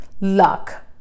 luck